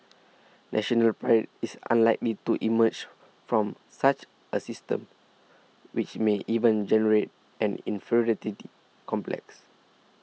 National Pride is unlikely to emerge from such a system which may even generate an inferiority complex